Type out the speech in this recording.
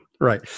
right